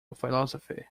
philosophy